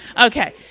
okay